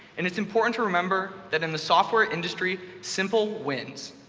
and it's important to remember that in the software industry, simple wins.